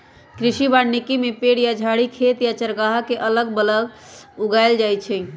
कृषि वानिकी में पेड़ या झाड़ी खेत या चारागाह के अगल बगल उगाएल जाई छई